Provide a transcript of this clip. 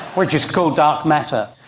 which is called dark matter.